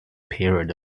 period